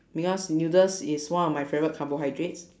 because noodles is one of my favorite carbohydrates